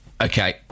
Okay